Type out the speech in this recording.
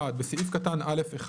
(1)בסעיף קטן (א)(1),